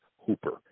Hooper